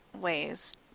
ways